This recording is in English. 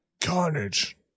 carnage